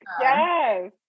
yes